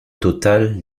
total